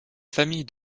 famille